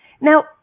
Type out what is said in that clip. Now